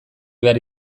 behar